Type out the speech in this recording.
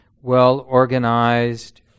well-organized